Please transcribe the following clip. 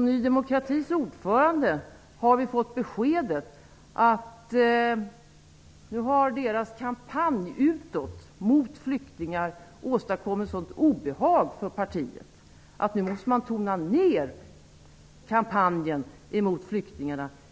Ny demokratis ordförande har gett oss beskedet att deras kampanj utåt mot flyktingar har åstadkommit sådant obehag för partiet att den måste tonas ned